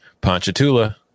Ponchatoula